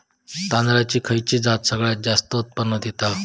तांदळाची खयची जात सगळयात जास्त उत्पन्न दिता?